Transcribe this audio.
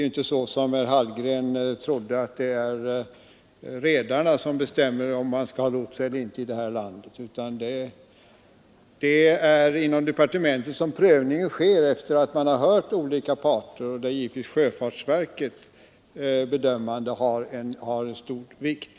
Det är inte som herr Hallgren trodde redarna som bestämmer om man i detta land skall ha lots eller inte. Prövningen sker inom departementet, sedan man där hört olika parter, och därvid har givetvis sjöfartsverkets bedömning stor vikt.